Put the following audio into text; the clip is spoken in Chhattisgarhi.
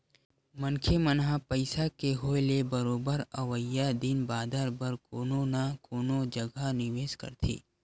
मनखे मन ह पइसा के होय ले बरोबर अवइया दिन बादर बर कोनो न कोनो जघा निवेस करथे